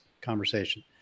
conversation